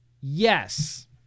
Yes